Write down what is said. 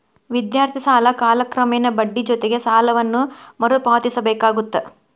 ವಿದ್ಯಾರ್ಥಿ ಸಾಲ ಕಾಲಕ್ರಮೇಣ ಬಡ್ಡಿ ಜೊತಿಗಿ ಸಾಲವನ್ನ ಮರುಪಾವತಿಸಬೇಕಾಗತ್ತ